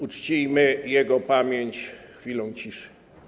Uczcijmy jego pamięć chwilą ciszy.